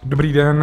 Dobrý den.